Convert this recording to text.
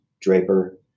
Draper